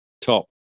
top